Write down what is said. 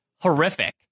horrific